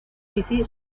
bici